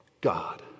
God